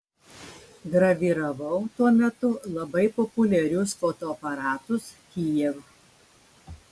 graviravau tuo metu labai populiarius fotoaparatus kijev